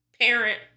parent